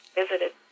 visited